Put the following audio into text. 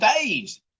days